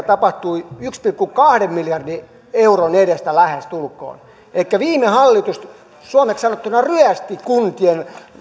tapahtui yhden pilkku kahden miljardin euron edestä lähestulkoon elikkä viime hallitus suomeksi sanottuna ryösti kuntien